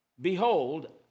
behold